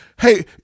hey